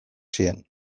ziren